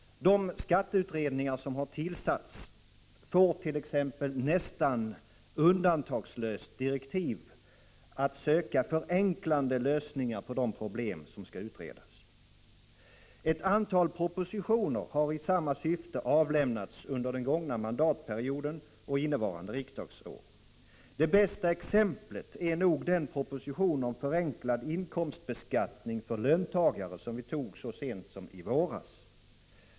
De skatteutredningar som har tillsatts får t.ex. nästan undantagslöst direktiv att söka förenklande lösningar på de problem som skall utredas. Ett antal propositioner har i samma syfte avlämnats under den gångna mandatperioden och innevarande riksdagsår. Det bästa exemplet är nog den proposition om förenklad inkomstbeskattning för löntagare som riksdagen godkände i våras.